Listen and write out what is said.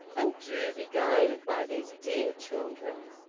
and do be guided by these dear children!